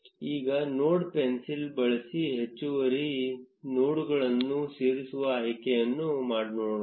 ಈಗ node pencil ಬಳಸಿ ಹೆಚ್ಚುವರಿ ನೋಡ್ಗಳನ್ನು ಸೇರಿಸುವ ಆಯ್ಕೆಯನ್ನು ನೋಡೋಣ